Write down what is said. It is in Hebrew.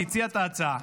שהציע את ההצעה,